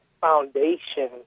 foundation